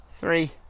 three